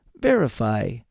Verify